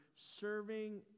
serving